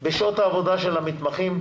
בשעות העבודה של המתמחים,